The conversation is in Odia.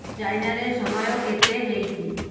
ଚାଇନାରେ ସମୟ କେତେ ହେଇଛି